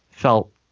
Felt